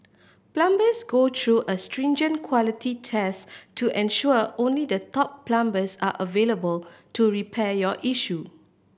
plumbers go through a stringent quality test to ensure only the top plumbers are available to repair your issue